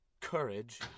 courage